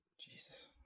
Jesus